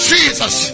Jesus